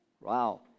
Wow